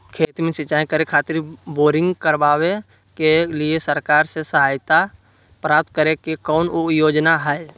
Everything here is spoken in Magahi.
खेत में सिंचाई करे खातिर बोरिंग करावे के लिए सरकार से सहायता प्राप्त करें के कौन योजना हय?